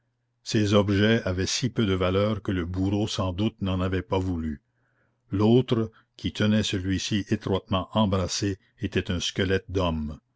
ces objets avaient si peu de valeur que le bourreau sans doute n'en avait pas voulu l'autre qui tenait celui-ci étroitement embrassé était un squelette d'homme